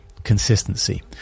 consistency